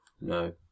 No